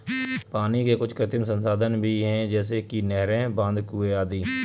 पानी के कुछ कृत्रिम संसाधन भी हैं जैसे कि नहरें, बांध, कुएं आदि